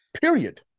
Period